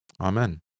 Amen